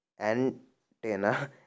antenna